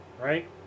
right